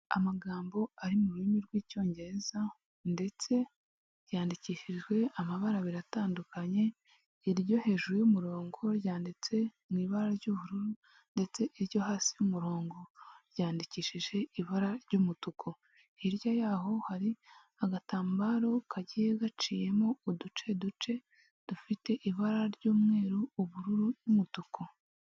Amagambo ari mu rurimi rw'icyongereza ndetse yandikishijwe amabara abiri atandukanye iryo hejuru y'umurongo ryanditse mu ibara ry'ubururu ndetse iryo hasi y'umurongo ryandikishije ibara ry'umutuku hirya y'aho hari agatambaro kagiye gaciyemo uduce duce dufite ibara ry'umweru, ubururu, n'umutuku.